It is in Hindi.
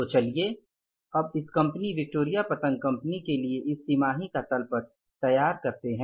तो चलिए अब इस कंपनी विक्टोरिया पतंग कंपनी के लिए इस तिमाही का तल पट तैयार करते हैं